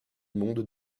monde